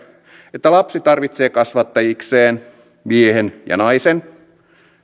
että lapsi tarvitsee kasvattajikseen miehen ja naisen